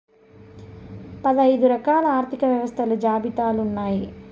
పదైదు రకాల ఆర్థిక వ్యవస్థలు జాబితాలు ఉన్నాయి